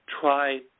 try